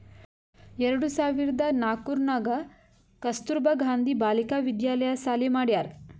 ಎರಡು ಸಾವಿರ್ದ ನಾಕೂರ್ನಾಗ್ ಕಸ್ತೂರ್ಬಾ ಗಾಂಧಿ ಬಾಲಿಕಾ ವಿದ್ಯಾಲಯ ಸಾಲಿ ಮಾಡ್ಯಾರ್